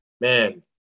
man